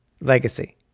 legacy